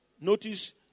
Notice